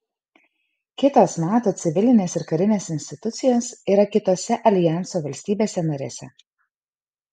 kitos nato civilinės ir karinės institucijos yra kitose aljanso valstybėse narėse